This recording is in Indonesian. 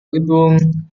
gedung